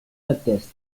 atteste